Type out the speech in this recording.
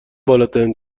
بالاترین